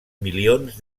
milions